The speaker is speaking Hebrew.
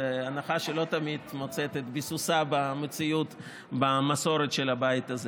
זו הנחה שלא תמיד מוצאת את ביסוסה במציאות במסורת של הבית הזה.